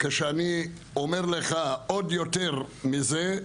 עוד יותר מזה,